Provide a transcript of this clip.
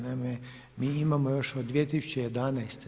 Naime, mi imamo još od 2011.